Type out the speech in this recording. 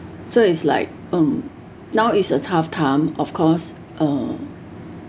so is like um now is a tough time of course uh